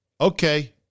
okay